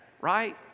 right